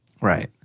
Right